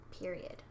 Period